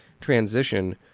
transition